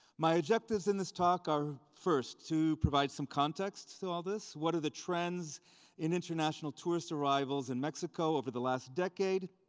my objectives in this talk are first, to provide some context to all this. what are the trends in international tourist arrivals in mexico over the last decade,